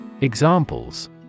Examples